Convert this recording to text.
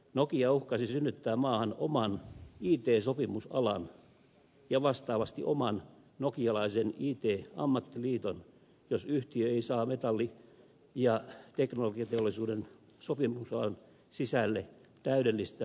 nokia uhkasi synnyttää maahan oman it sopimusalan ja vastaavasti oman nokialaisen it ammattiliiton jos yhtiö ei saa metalli ja teknologiateollisuuden sopimusalan sisällä täydellistä autonomiaa